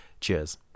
Cheers